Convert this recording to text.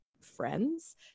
friends